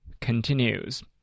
continues